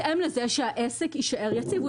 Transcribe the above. בהתאם לזה שהעסק יישאר יציב.